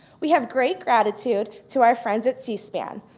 we have great gratitude to our friends at cspan.